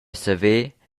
saver